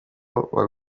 ibigo